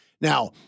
Now